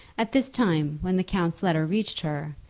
at this time, when the count's letter reached her,